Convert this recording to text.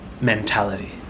mentality